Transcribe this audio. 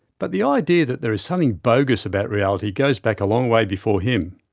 but the idea that there is something bogus about reality goes back a long way before him.